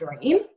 dream